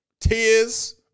tears